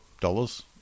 dollars